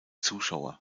zuschauer